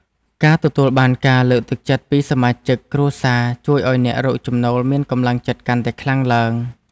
ការទទួលបានការលើកទឹកចិត្តពីសមាជិកគ្រួសារជួយឱ្យអ្នករកចំណូលមានកម្លាំងចិត្តកាន់តែខ្លាំងឡើង។